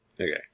Okay